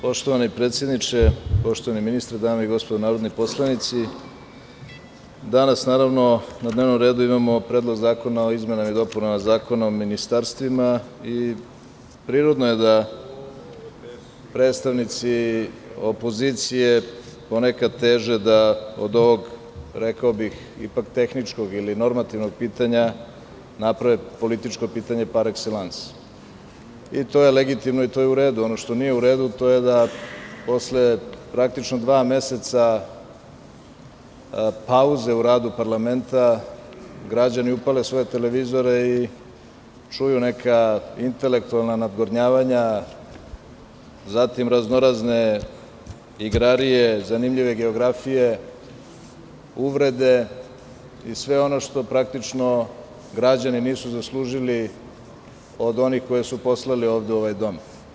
Poštovani predsedniče, poštovani ministre, dame i gospodo narodni poslanici, danas, naravno, na dnevnom redu imamo Predlog zakona o izmenama i dopunama Zakona o ministarstvima i prirodno je da predstavnici i opozicije ponekad teže da od ovog, rekao bih, ipak tehničkog ili normativnog pitanja naprave politička pitanja par ekselans i to je legitimno i to je u redu, ono što nije u redu to je da posle praktičnog dva meseca pauze u radu parlamenta građani upale svoje televizore i čuju neka intelektualna nadgovornjavanja, zatim raznorazne igrarije zanimljive geografije, uvrede i sve ono što praktično građani nisu zaslužili od onih koji su poslali ovde u ovaj dom.